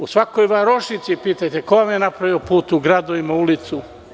U svakoj varošici pitajte – ko vam je napravio put u gradovima, ulicu.